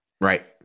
Right